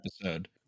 episode